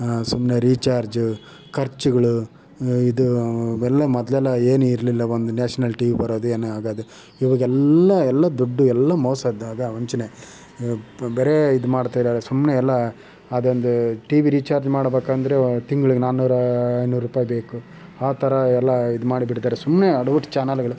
ಸುಮ್ಮನೆ ರಿಚಾರ್ಜು ಖರ್ಚುಗಳು ಇದು ಎಲ್ಲಾ ಮೊದಲೆಲ್ಲಾ ಏನು ಇರ್ಲಿಲ್ಲಾ ಒಂದು ನ್ಯಾಷ್ನಲ್ ಟಿವಿ ಬರೋದು ಏನೋ ಆಗೋದು ಇವಾಗೆಲ್ಲ ಏಲ್ಲಾ ದುಡ್ಡು ಎಲ್ಲಾ ಮೋಸ ದಗಾ ವಂಚನೆ ಬರಿ ಇದು ಮಾಡ್ತಾರೆ ಸುಮ್ಮನೆ ಎಲ್ಲ ಅದೊಂದು ಟಿವಿ ರಿಚಾರ್ಜ್ ಮಾಡಬೇಕೆಂದ್ರೆ ತಿಂಗ್ಳಿಗೆ ನಾನೂರು ಐನೂರು ರೂಪಾಯಿ ಬೇಕು ಆ ಥರ ಎಲ್ಲಾ ಇದು ಮಾಡಿಬಿಡ್ತಾರೆ ಸುಮ್ಮನೆ ಎಡವಟ್ಟು ಚಾನೆಲ್ಗಳು